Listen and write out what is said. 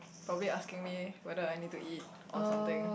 probably asking me whether I need to eat or something